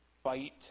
fight